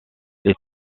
les